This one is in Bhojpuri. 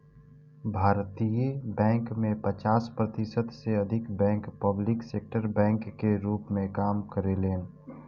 भारतीय बैंक में पचास प्रतिशत से अधिक बैंक पब्लिक सेक्टर बैंक के रूप में काम करेलेन